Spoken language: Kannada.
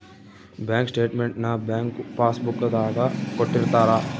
ಬ್ಯಾಂಕ್ ಸ್ಟೇಟ್ಮೆಂಟ್ ನ ಬ್ಯಾಂಕ್ ಪಾಸ್ ಬುಕ್ ದಾಗ ಕೊಟ್ಟಿರ್ತಾರ